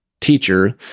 teacher